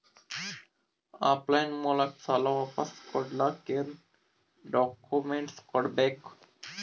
Of line ಮೂಲಕ ಸಾಲ ವಾಪಸ್ ಕೊಡಕ್ ಏನು ಡಾಕ್ಯೂಮೆಂಟ್ಸ್ ಕೊಡಬೇಕು?